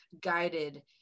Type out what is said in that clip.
guided